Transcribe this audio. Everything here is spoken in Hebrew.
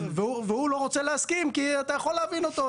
והוא לא רוצה להסכים כי אתה יכול להבין אותו,